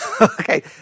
Okay